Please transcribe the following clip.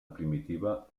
primitiva